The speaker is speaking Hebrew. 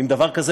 אם דבר כזה,